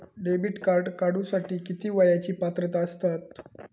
Debit card काढूसाठी किती वयाची पात्रता असतात?